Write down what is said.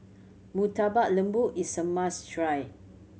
Murtabak Lembu is a must try